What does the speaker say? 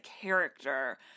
character